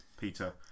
peter